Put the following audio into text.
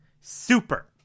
Super